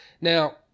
Now